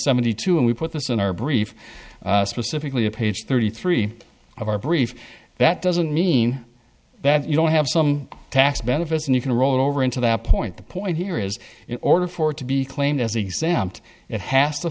seventy two and we put this in our brief specifically a page thirty three of our brief that doesn't mean that you don't have some tax benefits and you can roll over into that point the point here is in order for it to be claimed as exempt it has to